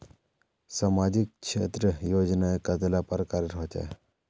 सामाजिक क्षेत्र योजनाएँ कतेला प्रकारेर होचे?